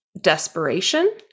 desperation